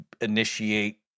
initiate